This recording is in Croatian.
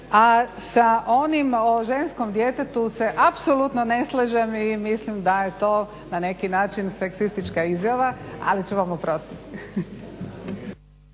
A sa onim o ženskom djetetu se apsolutno ne slažem i mislim da je to na neki način seksistička izjava ali ćemo oprostiti.